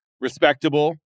respectable